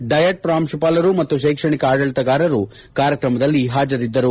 diet ಪ್ರಾಂಶುಪಾಲರು ಮತ್ತು ಶೈಕ್ಷಣಿಕ ಆಡಳಿತಗಾರರು ಕಾರ್ಯಕ್ರಮದಲ್ಲಿ ಹಾಜರಿದ್ದರು